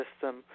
system